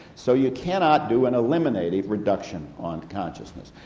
so you cannot do an eliminative reduction on consciousness.